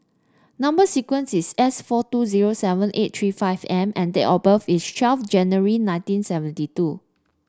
number sequence is S four two zero seven eight three five M and date of birth is twelve January nineteen seventy two